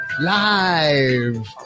Live